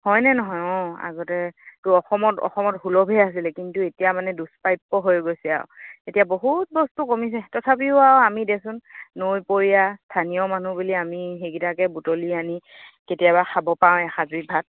হয় নে নহয় অঁ আগতে তো অসমত অসমত সুলভে আছিলে কিন্তু এতিয়া মানে দুষ্পাপ্য হৈ গৈছে আৰু এতিয়া বহুত বস্তু কমিছে তথাপিও আৰূ আমি দেচোন নৈপৰীয়া স্থানীয় মানুহ বুলি আমি সেইকেইটাকে বুটলি আনি কেতিয়াবা খাব পাওঁ এসাঁজৰি ভাত